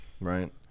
right